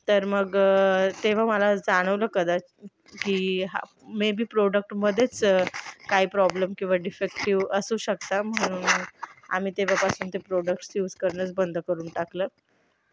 तर मग तेव्हा मला जाणवलं कदा की मेबी प्रोडक्टमध्येच काही प्रॉब्लम किंवा डिफेक्टिव्ह असू शकतं म्हणून आम्ही तेव्हापासून ते प्रोडक्ट्स यूज करणंच बंद करून टाकलं